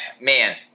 man